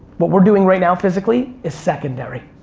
what we're doing right now physically, is secondary.